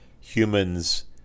humans